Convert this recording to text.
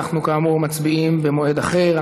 אנחנו כאמור מצביעים במועד אחר.